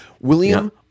William